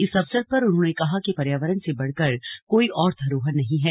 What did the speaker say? इस अवसर पर उन्होंने कहा कि पर्यावरण से बढ़कर कोई और धरोहर नही है